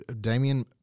Damien